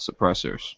suppressors